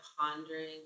pondering